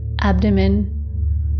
abdomen